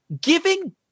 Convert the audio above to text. giving